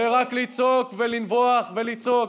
ורק לצעוק ולנבוח ולצעוק,